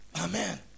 Amen